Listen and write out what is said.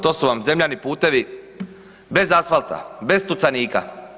To su vam zemljani putevi bez asfalta, bez tucanika.